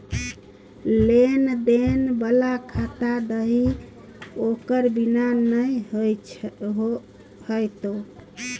लेन देन बला खाता दही ओकर बिना नै हेतौ